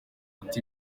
umuti